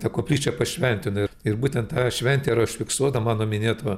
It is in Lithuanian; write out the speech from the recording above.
tą koplyčią pašventino ir ir būtent ta šventė yra užfiksuota mano minėto